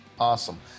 Awesome